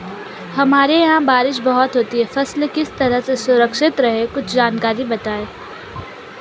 हमारे यहाँ बारिश बहुत होती है फसल किस तरह सुरक्षित रहे कुछ जानकारी बताएं?